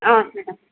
অ ঠিক আছে